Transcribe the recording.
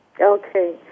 Okay